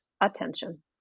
attention